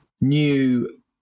new